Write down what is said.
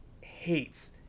hates